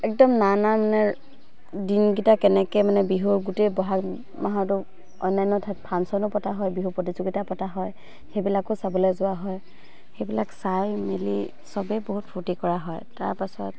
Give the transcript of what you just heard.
একদম নানা মানে দিনকেইটা কেনেকৈ মানে বিহুৰ গোটেই বহাগ মাহটো অন্যান্য ঠাইত ফাংচনো পতা হয় বিহু প্ৰতিযোগিতা পতা হয় সেইবিলাকো চাবলৈ যোৱা হয় সেইবিলাক চাই মেলি চবেই বহুত ফূৰ্তি কৰা হয় তাৰপাছত